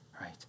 right